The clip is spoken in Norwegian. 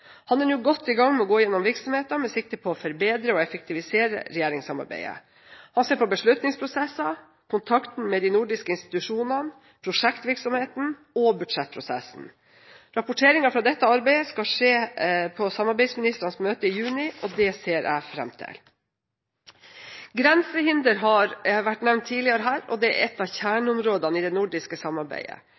Han er nå godt i gang med å gå igjennom virksomheten med sikte på å forbedre og effektivisere regjeringssamarbeidet. Han ser på beslutningsprosesser, kontakten med de nordiske institusjonene, prosjektvirksomheten og budsjettprosessen. Rapporteringen fra dette arbeidet skal skje på samarbeidsministrenes møte i juni. Det ser jeg fram til. Grensehinder har vært nevnt tidligere her, og det er ett av kjerneområdene i det nordiske samarbeidet.